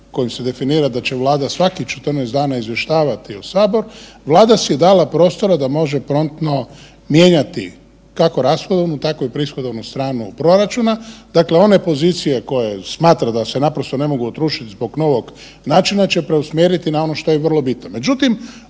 kojim se definira da će Vlada svakih 14 dana izvještavati sabor, Vlada si je dala prostora da može promptno mijenjati kako rashodovnu tako i prihodovnu stranu proračuna, dakle one pozicije koje smatra da se naprosto ne mogu …/Govornik se ne razumije/…zbog novog načina će preusmjerit na ono što je vrlo bitno.